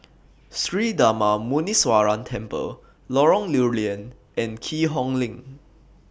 Sri Darma Muneeswaran Temple Lorong Lew Lian and Keat Hong LINK